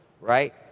Right